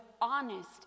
honest